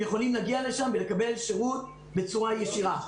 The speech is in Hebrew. הם יכולים להגיע לשם ולקבל שירות בצורה ישירה.